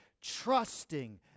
trusting